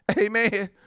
Amen